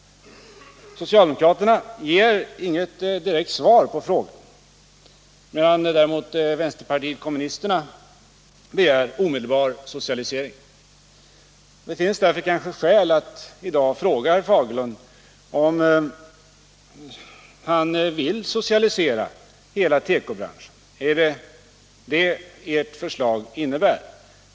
Socialdemokraterna ger inget direkt svar på frågan, medan däremot vänsterpartiet kommunisterna begär omedelbar socialisering. Det finns därför kanske skäl att i dag fråga herr Fagerlund om han vill socialisera hela tekobranschen. Är det vad ert förslag innebär?